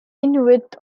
inuit